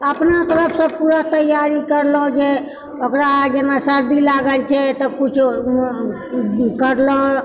अपना तरफसँ पूरा तैयारी करलहुँ जे ओकरा जेना सर्दी लागल छै तऽ कुछो करलहुँ